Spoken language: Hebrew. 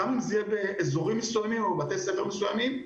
גם אם זה יהיה באזורים מסוימים ובבתי ספר מסוימים,